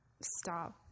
stop